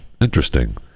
Interesting